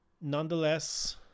nonetheless